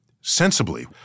sensibly